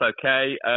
okay